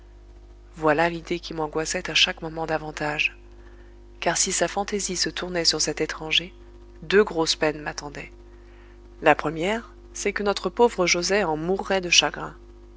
voilà l'idée qui m'angoissait à chaque moment davantage car si sa fantaisie se tournait sur cet étranger deux grosses peines m'attendaient la première c'est que notre pauvre joset en mourrait de chagrin